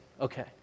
Okay